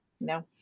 No